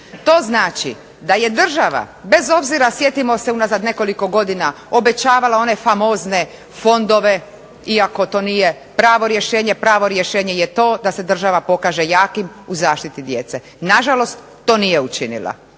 To znači da je država bez obzira sjetimo se unazad nekoliko godina obećavala one famozne fondove, iako to nije pravo rješenje, pravo rješenje je to da se država pokaže jakim u zaštiti djece. Na žalost to nije učinila.